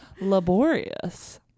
Laborious